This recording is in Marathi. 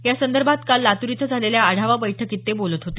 यासंदर्भात काल लातूर इथं झालेल्या आढावा बैठकीत ते बोलत होते